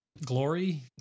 glory